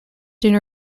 during